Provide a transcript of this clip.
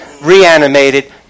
reanimated